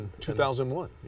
2001